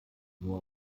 nur